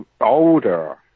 older